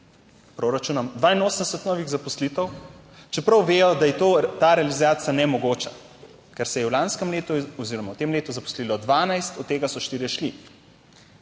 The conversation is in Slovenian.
proračunom 82 novih zaposlitev, čeprav vedo, da je to, ta realizacija nemogoča, ker se je v lanskem letu oziroma v tem letu zaposlilo 12, od tega so štirje